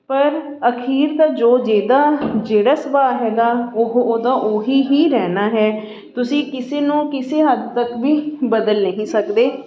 ਪਰ ਅਖੀਰ ਦਾ ਜੋ ਜਿਹਦਾ ਜਿਹੜਾ ਸੁਭਾਅ ਹੈਗਾ ਉਹ ਉਹਦਾ ਉਹੀ ਹੀ ਰਹਿਣਾ ਹੈ ਤੁਸੀਂ ਕਿਸੇ ਨੂੰ ਕਿਸੇ ਹੱਦ ਤੱਕ ਵੀ ਬਦਲ ਨਹੀਂ ਸਕਦੇ